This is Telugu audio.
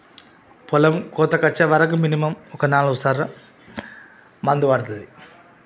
పొలం కోతకొచ్చే వరకు మినిమమ్ ఒక నాలుగు సర మందు పడతుంది